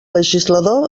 legislador